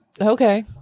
Okay